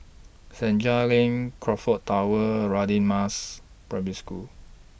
Senja LINK Crockfords Tower Radin Mas Primary School